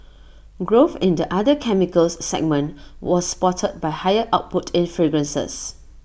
growth in the other chemicals segment was supported by higher output in fragrances